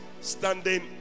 standing